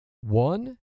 One